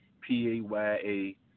P-A-Y-A